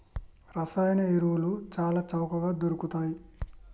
రసాయన ఎరువులు చాల చవకగ దొరుకుతయ్